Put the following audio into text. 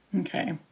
Okay